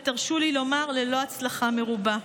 ותרשו לי לומר: ללא הצלחה מרובה.